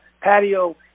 patio